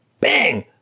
Bang